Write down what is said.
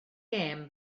gêm